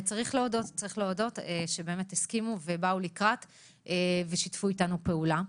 צריך להודות שבאמת הסכימו ובאו לקראת ושיתפו אתנו פעולה.